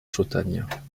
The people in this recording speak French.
chautagne